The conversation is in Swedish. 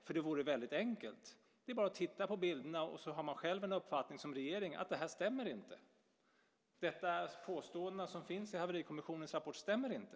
För det vore väldigt enkelt. Det är bara att titta på bilderna, och så har man själv en uppfattning som regering att det inte stämmer. De påståenden som finns i haverikommissionens rapport stämmer inte.